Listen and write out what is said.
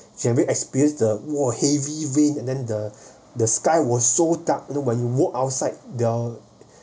can we ex~ because the !wah! heavy rain and then the the sky was so dark nobody walk outside there are